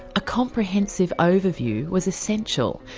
a comprehensive overview was essential,